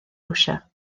rwsia